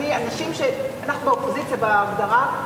אנשים שאנחנו באופוזיציה בהגדרה,